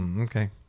Okay